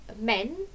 men